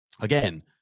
again